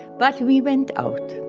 but we went out,